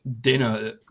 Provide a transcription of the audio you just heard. dinner